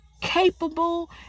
capable